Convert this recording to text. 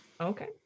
Okay